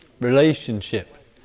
relationship